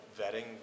vetting